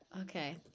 Okay